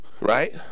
Right